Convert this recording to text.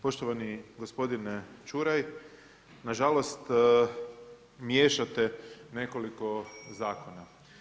Poštovani gospodine Čuraj, nažalost miješate nekoliko zakona.